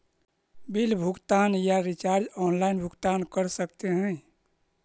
Bill भुगतान या recharge online भुगतान कर सकते हैं?